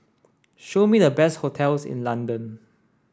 show me the best hotels in London